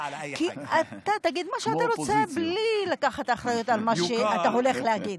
כי אתה תגיד מה שאתה רוצה בלי לקחת אחריות על מה שאתה הולך להגיד.